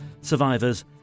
survivors